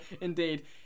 indeed